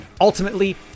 ultimately